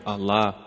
Allah